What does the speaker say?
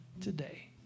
today